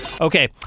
Okay